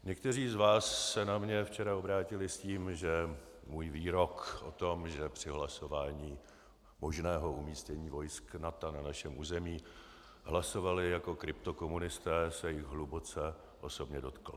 Někteří z vás se na mě včera obrátili s tím, že můj výrok o tom, že při hlasování možného umístění vojsk NATO na našem území hlasovali jako kryptokomunisté, se jich hluboce osobně dotkl.